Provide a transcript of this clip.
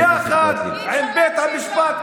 -- יחד עם בית המשפט,